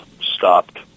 stopped